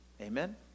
Amen